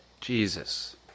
Jesus